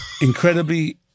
Incredibly